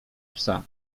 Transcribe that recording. psa